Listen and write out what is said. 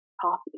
coffee